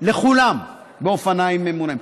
לכולם באופניים ממונעים.